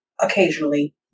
occasionally